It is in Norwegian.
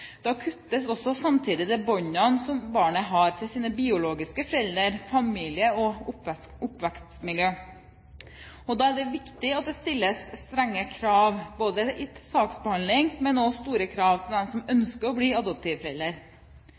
Samtidig kuttes også de båndene som barnet har til sine biologiske foreldre, familie og oppvekstmiljø. Da er det viktig at det stilles strenge krav både til saksbehandlingen og til dem som ønsker å bli